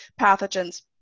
pathogens